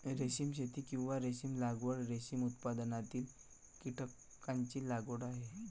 रेशीम शेती, किंवा रेशीम लागवड, रेशीम उत्पादनातील कीटकांची लागवड आहे